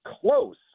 close